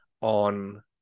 on